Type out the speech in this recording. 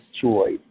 joy